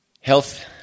Health